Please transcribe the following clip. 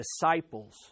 disciples